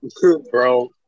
Bro